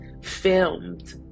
filmed